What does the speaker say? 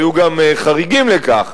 היו גם חריגים לכך,